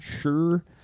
sure